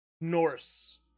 Norse